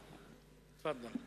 בלי?) תפאדל.